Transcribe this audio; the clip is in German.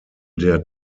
der